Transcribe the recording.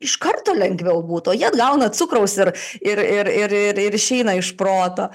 iš karto lengviau būtų o jie atgauna cukraus ir ir ir ir ir išeina iš proto